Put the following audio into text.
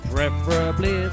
Preferably